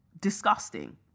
disgusting